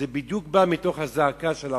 זה בדיוק בא מתוך הזעקה של העובדים.